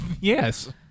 Yes